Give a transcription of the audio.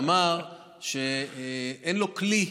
ואמר שאין לו כלי,